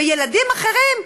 וילדים אחרים,